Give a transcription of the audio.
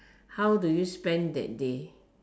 how do you spend that day